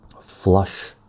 flush